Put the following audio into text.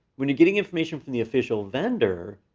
when you're getting information from the official vendor,